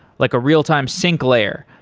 like a real-time sync layer,